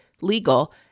legal